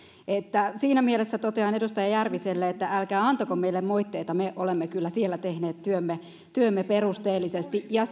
siinä mielessä totean edustaja järviselle että älkää antako meille moitteita sillä me olemme kyllä siellä tehneet työmme työmme perusteellisesti ja